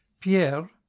pierre